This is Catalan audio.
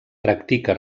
practica